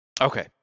Okay